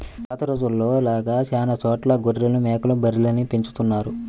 పాత రోజుల్లో లాగా చానా చోట్ల గొర్రెలు, మేకలు, బర్రెల్ని పెంచుతున్నారు